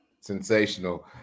sensational